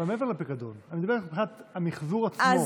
אבל מעבר לפיקדון, מבחינת המחזור עצמו?